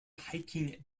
hiking